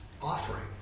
offering